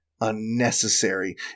unnecessary